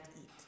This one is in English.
eat